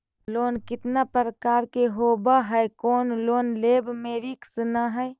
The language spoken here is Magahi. लोन कितना प्रकार के होबा है कोन लोन लेब में रिस्क न है?